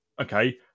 okay